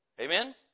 Amen